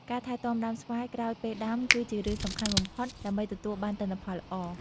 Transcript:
ការថែទាំដើមស្វាយក្រោយពេលដាំ គឺជារឿងសំខាន់បំផុតដើម្បីទទួលបានទិន្នផលល្អ។